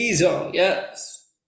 Yes